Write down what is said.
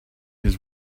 his